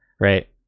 Right